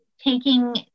taking